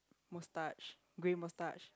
moustache grey moustache